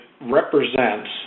represents